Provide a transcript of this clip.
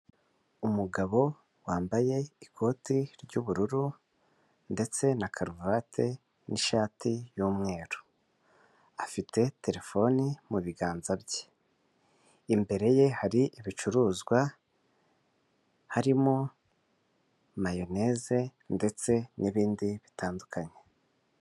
Umugabo wambaye ikoti ry'ubururu ndetse na karuvati n'ishati y'umweru, afite terefoni mu biganza bye, imbere ye hari ibicuruzwa harimo mayoneze ndetse n'ibindi bitandukanye.